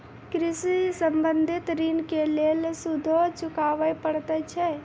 कृषि संबंधी ॠण के लेल सूदो चुकावे पड़त छै?